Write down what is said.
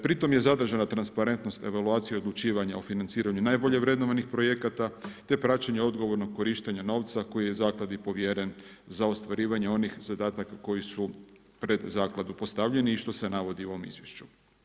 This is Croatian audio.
Pri tome je zadržana transparentnost, evaluacija odlučivanja o financiranju najbolje vrednovanih projekata te praćenje odgovornost korištenja novca koji je zakladi povjeren za ostvarivanje onih zadataka koji su pred zakladu postavljeni i što se navodi u ovom izvješću.